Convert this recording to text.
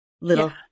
Little